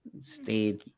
stayed